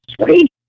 sweet